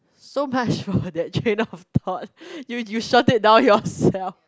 so much for that change out of thought you you sort it out yourself